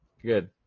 Good